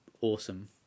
awesome